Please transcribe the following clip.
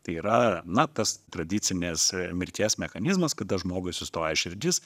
tai yra na tas tradicinės mirties mechanizmas kada žmogui sustoja širdis